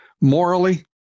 morally